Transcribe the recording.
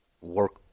work